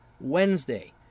Wednesday